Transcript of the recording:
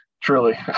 Truly